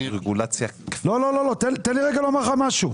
רגולציה --- לא, לא, תן לי רגע לומר לך משהו.